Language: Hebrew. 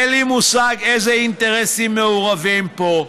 אין לי מושג איזה אינטרסים מעורבים פה,